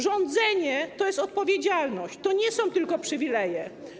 Rządzenie to jest odpowiedzialność, to nie są tylko przywileje.